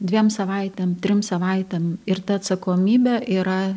dviem savaitėm trim savaitėm ir ta atsakomybė yra